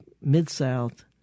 Mid-South